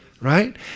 Right